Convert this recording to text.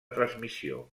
transmissió